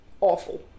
awful